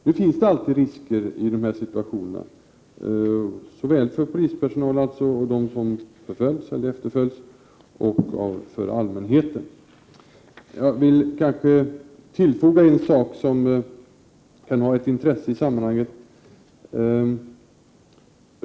Det finns alltid risker i dessa situationer, såväl för polispersonal och dem som förföljs eller efterföljs som för allmänheten. Jag vill tillfoga en sak som kan vara av intresse i sammanhanget.